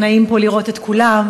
נעים פה לראות את כולם.